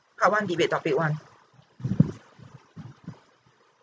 part one debate topic one